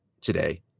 today